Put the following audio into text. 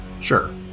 Sure